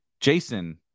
Jason